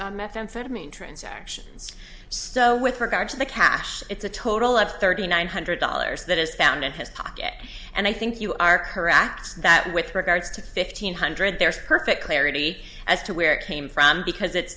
methamphetamine transactions so with regard to the cash it's a total of thirty nine hundred dollars that is found in his pocket and i think you are correct that with regards to fifteen hundred there is perfect clarity as to where it came from because it